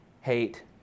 hate